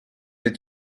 est